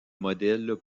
modèles